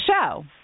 show